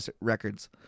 records